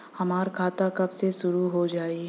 हमार खाता कब से शूरू हो जाई?